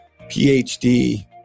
PhD